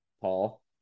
Paul